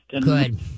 Good